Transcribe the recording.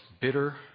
bitter